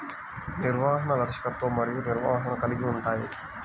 నిర్వహణ, దర్శకత్వం మరియు నిర్వహణను కలిగి ఉంటాయి